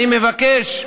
אני מבקש,